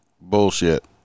bullshit